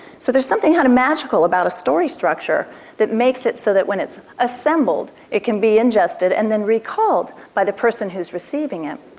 so there's something kind of magical about a story structure that makes it so that when it's assembled, it can be ingested and then recalled by the who's receiving it.